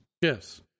Yes